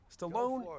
Stallone